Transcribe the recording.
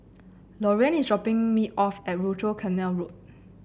Loriann is dropping me off at Rochor Canal Road